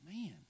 Man